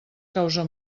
causa